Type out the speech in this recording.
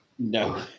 No